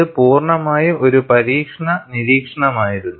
ഇത് പൂർണ്ണമായും ഒരു പരീക്ഷണ നിരീക്ഷണമായിരുന്നു